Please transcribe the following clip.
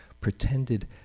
pretended